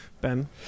ben